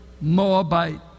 Moabite